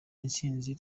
intsinzi